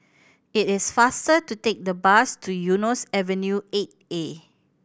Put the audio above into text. it is faster to take the bus to Eunos Avenue Eight A